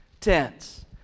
tense